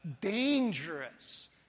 Dangerous